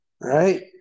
Right